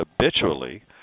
habitually